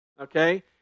okay